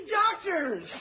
doctors